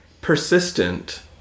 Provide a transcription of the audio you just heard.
persistent